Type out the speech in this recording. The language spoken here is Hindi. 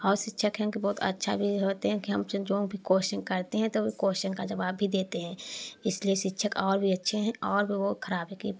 और शिक्षक हैं तो बहुत अच्छा भी होते हैं कि हम ज जो भी क्वेश्चन करते हैं तो वो क्वेश्चन का जवाब भी देते हैं इसलिए शिक्षक और भी अच्छे हैं और भी बहुत खराब हैं कि